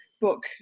book